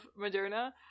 Moderna